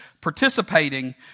participating